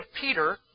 Peter